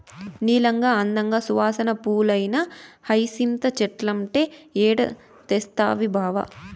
నీలంగా, అందంగా, సువాసన పూలేనా హైసింత చెట్లంటే ఏడ తెస్తవి బావా